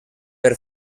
per